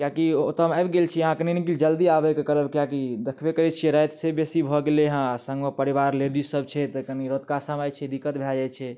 किएकि ओत्तऽ हम आबि गेल छी अहाँ कने की जल्दी आबैके करब किएकि देखबे करैत छियै राति से बेसी भऽ गेलै हँ आ सङ्गमे परिवार लेडिज सब छै तऽ कनी रतुका समय छै दिक्कत भए जाइत छै